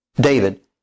David